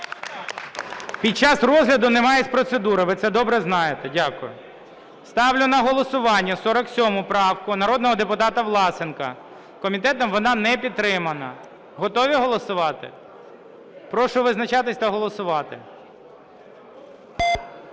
Під час розгляду немає "з процедури", ви це добре знаєте. Дякую. Ставлю на голосування 47 правку народного депутата Власенка. Комітетом вона не підтримана. Готові голосувати? Прошу визначатися та голосувати.